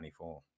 2024